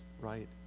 right